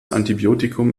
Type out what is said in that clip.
antibiotikum